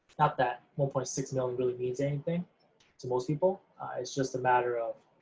not that one point six million really means anything to most people, it's just a matter of